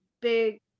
big